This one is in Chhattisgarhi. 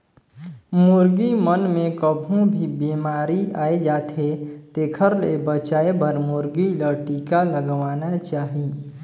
मुरगी मन मे कभों भी बेमारी आय जाथे तेखर ले बचाये बर मुरगी ल टिका लगवाना चाही